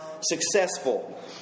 successful